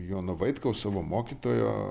jono vaitkaus savo mokytojo